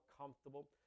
comfortable